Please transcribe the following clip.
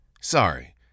Sorry